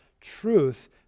truth